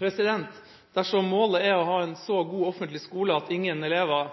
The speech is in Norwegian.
Henriksen. Dersom målet er å ha en så god offentlig skole at ingen elever